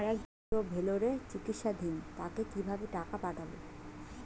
আমার এক আত্মীয় ভেলোরে চিকিৎসাধীন তাকে কি ভাবে টাকা পাঠাবো?